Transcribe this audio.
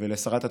ולשרת התפוצות,